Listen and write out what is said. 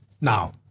Now